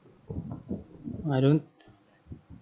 I don't